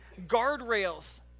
guardrails